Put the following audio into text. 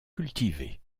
cultivées